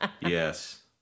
Yes